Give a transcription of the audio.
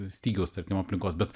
stygiaus tarkim aplinkos bet